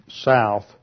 south